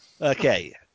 Okay